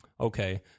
Okay